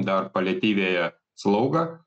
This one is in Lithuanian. dar paliatyviąją slaugą